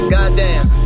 Goddamn